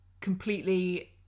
completely